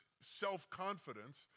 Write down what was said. self-confidence